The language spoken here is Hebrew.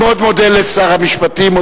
אני מאוד מודה לשר המשפטים.